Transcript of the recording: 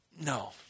No